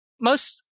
most-